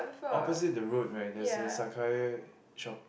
opposite the road right there's a Sakae shop